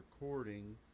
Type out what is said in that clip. recording